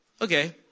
Okay